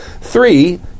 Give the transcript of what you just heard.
Three